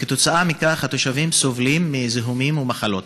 כתוצאה מכך, התושבים סובלים מזיהומים ומחלות.